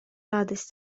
радость